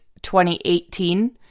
2018